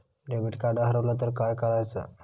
Debit card हरवल तर काय करायच?